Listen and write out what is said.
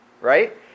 right